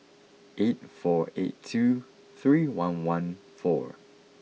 eight four eight two three one one four